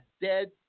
dead